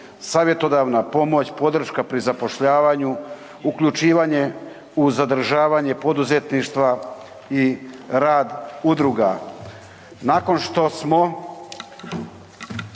savjetodavna pomoć, podrška pri zapošljavanju, uključivanje u zadržavanje poduzetništva i rad udruga. Nakon što smo